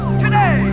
today